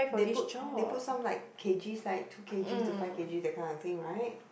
they put they put some like k_g like two k_g to five k_g that kind of thing right